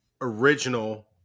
original